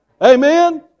amen